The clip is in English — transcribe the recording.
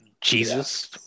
Jesus